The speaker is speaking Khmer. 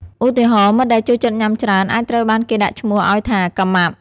ឧទាហរណ៍ មិត្តដែលចូលចិត្តញ៉ាំច្រើនអាចត្រូវបានគេដាក់ឈ្មោះឱ្យថា “កាម៉ាប់”។